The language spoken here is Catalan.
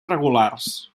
regulars